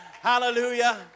Hallelujah